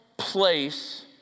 Place